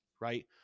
right